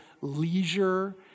leisure